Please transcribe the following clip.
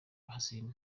kassim